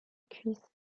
cuisse